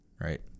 Right